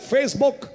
Facebook